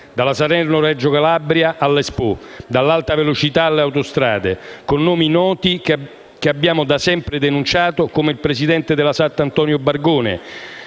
dalla Salerno-Reggio Calabria all'Expo, dall'Alta velocità alle autostrade, con nomi noti che abbiamo da sempre denunciato, come il presidente della SAT, Antonio Bargone,